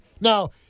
Now